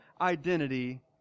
identity